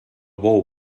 bou